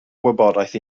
wybodaeth